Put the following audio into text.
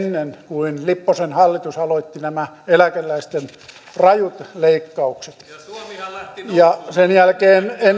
kuin lipposen hallitus aloitti nämä eläkeläisten rajut leikkaukset ja sen jälkeen